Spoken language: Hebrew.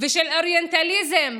ושל האוריינטליזם,